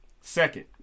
Second